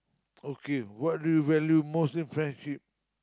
okay what do you value most in friendship